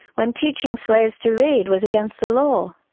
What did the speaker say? when teaching slaves to read was against the law.